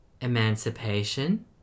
Emancipation